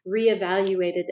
reevaluated